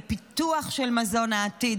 לפיתוח של מזון העתיד.